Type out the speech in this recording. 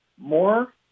more